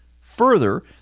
Further